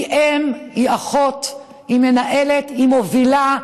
היא אם, היא אחות, היא מנהלת, היא מובילה,